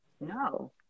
No